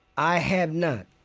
i have not.